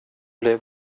blev